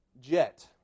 jet